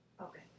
Okay